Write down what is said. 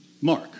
Mark